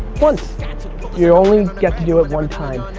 once. you only get to do it one time.